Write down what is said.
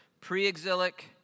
pre-exilic